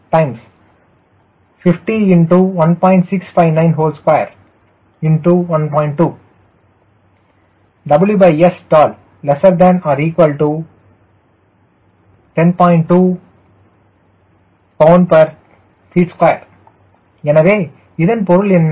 2lbft2 எனவே இதன் பொருள் என்ன